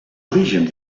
orígens